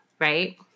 Right